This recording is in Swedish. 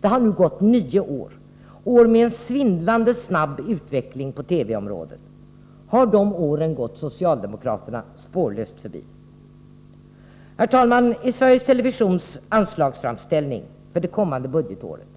Det har nu gått nio år — med en svindlande snabb utveckling på TV-området — sedan det beslutet fattades. Har de åren gått socialdemokraterna spårlöst förbi? Herr talman! I Sveriges Televisions anslagsframställning för det kommande budgetåret